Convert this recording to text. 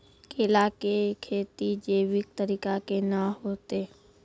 केला की खेती जैविक तरीका के ना होते?